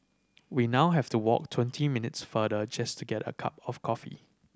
we now have to walk twenty minutes farther just to get a cup of coffee